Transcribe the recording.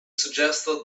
suggested